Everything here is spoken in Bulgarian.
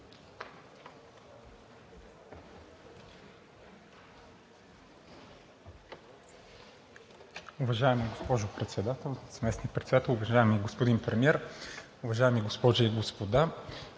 Уважаема госпожо Председател, Заместник-председател, уважаеми господин Премиер, уважаеми госпожи и господа!